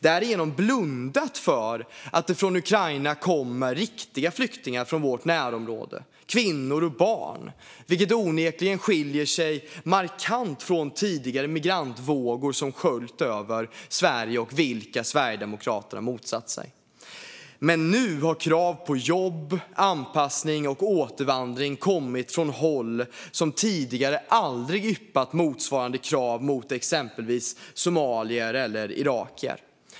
Därigenom har man blundat för att det från Ukraina kommer riktiga flyktingar från vårt närområde, kvinnor och barn, vilket onekligen skiljer sig markant från tidigare migrantvågor som sköljt över Sverige och vilka Sverigedemokraterna motsatt sig. Nu kommer krav på jobb, anpassning och återvandring från håll som tidigare aldrig yppat motsvarande krav mot exempelvis somalier eller irakier.